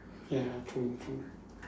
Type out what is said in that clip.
ya true true